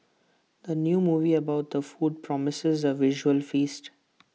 the new movie about the food promises A visual feast